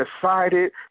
decided